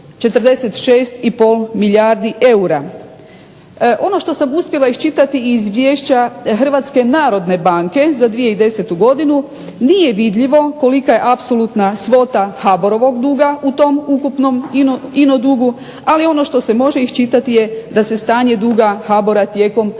46,5 milijardi eura. Ono što sam uspjela iščitati iz izvješća Hrvatske narodne banke za 2010. godinu nije vidljivo kolika je apsolutna svota HBOR-ovog duga u tom ukupnom ino dugu, ali ono što se može iščitati je da se stanje duga HBOR-a tijekom 2010.